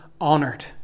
honored